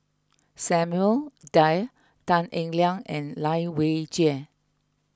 Samuel Dyer Tan Eng Liang and Lai Weijie